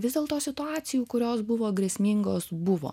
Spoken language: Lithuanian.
vis dėlto situacijų kurios buvo grėsmingos buvo